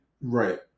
Right